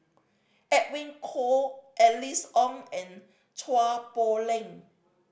Edwin Koek Alice Ong and Chua Poh Leng